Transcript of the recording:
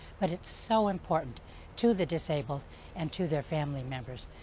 but it's so important to the disabled and to their family members.